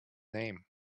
name